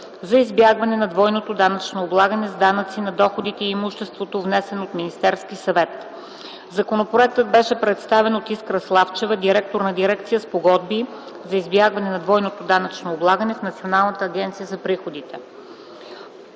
за избягване на двойното данъчно облагане с данъци на доходите и имуществото, внесен от Министерския съвет. Законопроектът беше представен от Искра Славчева – директор на дирекция „Спогодби за избягване на двойното данъчно облагане” в Националната агенция за приходите.